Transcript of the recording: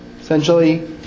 Essentially